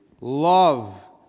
love